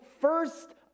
first